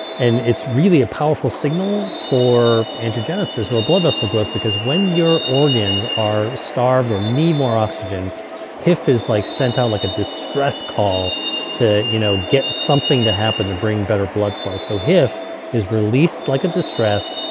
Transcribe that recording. and it's really a powerful signal for angiogenesis or blood vessel growth because when your organs are starved or need more oxygen hif is like sent out like a distress call to you know get something to happen to bring better blood flow. so hif is released like a distress.